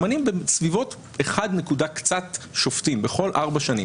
ממנים בסביבות 1 נקודה קצת שופטים בכל ארבע שנים.